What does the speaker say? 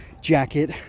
jacket